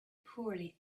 poorly